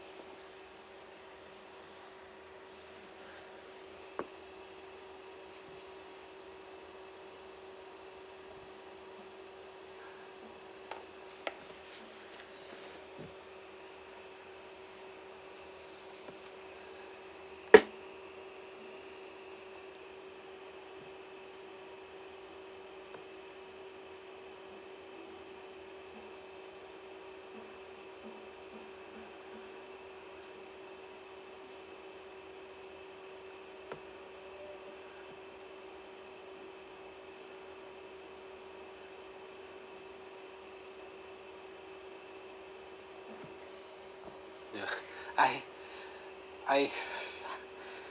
ya I I